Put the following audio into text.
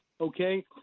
okay